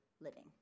living